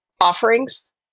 offerings